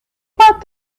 patronos